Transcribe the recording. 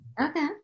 Okay